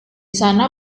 sana